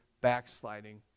backsliding